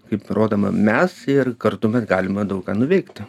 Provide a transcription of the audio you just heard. kaip rodome mes ir kartu mes galime daug ką nuveikti